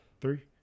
Three